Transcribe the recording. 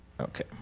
Okay